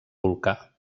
volcà